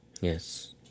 yes